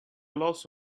loss